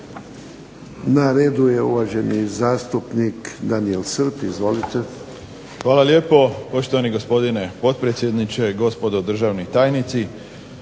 Na redu je uvaženi zastupnik Daniel Srb, izvolite. **Srb, Daniel (HSP)** Hvala lijepo poštovani gospodine potpredsjedniče, gospodo državni tajnici.